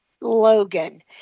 Logan